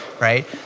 right